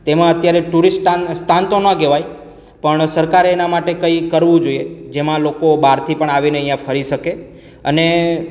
તેમાં અત્યારે ટુરિસ્ટ સ્થાન તો ન કહેવાય પણ સરકારે એના માટે કંઈ કરવું જોઈએ જેમાં લોકો બહારથી પણ આવીને અહીંયા ફરી શકે અને